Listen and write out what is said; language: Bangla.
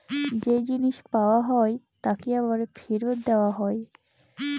যে জিনিস পাওয়া হয় তাকে আবার ফেরত দেওয়া হয়